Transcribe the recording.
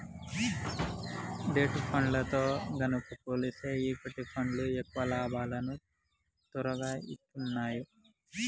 debt ఫండ్లతో గనక పోలిస్తే ఈక్విటీ ఫండ్లు ఎక్కువ లాభాలను తొరగా ఇత్తన్నాయి